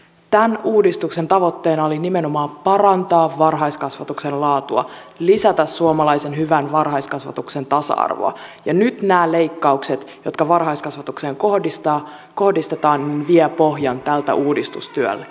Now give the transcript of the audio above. tämän uudistuksen tavoitteena oli nimenomaan parantaa varhaiskasvatuksen laatua lisätä suomalaisen hyvän varhaiskasvatuksen tasa arvoa ja nyt nämä leikkaukset jotka varhaiskasvatukseen kohdistetaan vievät pohjan tältä uudistustyöltä